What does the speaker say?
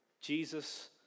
Jesus